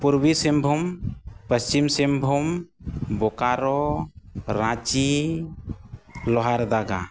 Purbi Singhbhum Paschim Singhbhum Bokaro Ranchi Lohardaga